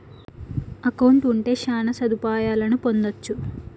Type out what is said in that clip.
account ఉంటే శ్యాన సదుపాయాలను పొందొచ్చు